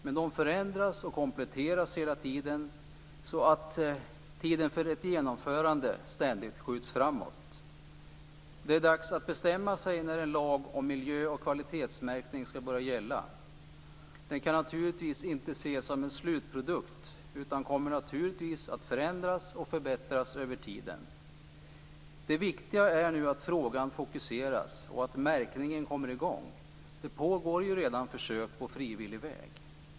Men de förändras och kompletteras hela tiden, så att tiden för ett genomförande ständigt skjuts framåt. Det är dags att bestämma sig för när en lag om miljö och kvalitetsmärkning skall börja gälla. Den kan inte ses som en slutprodukt utan kommer naturligtvis att förändras och förbättras över tiden. Det viktiga är nu att frågan fokuseras och att märkningen kommer i gång. Det pågår ju redan försök på frivillig väg.